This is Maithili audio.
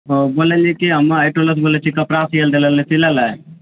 बोललि की हम कपड़ा सियैले देलो रहिऐ सिलेलै